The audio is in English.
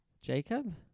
Jacob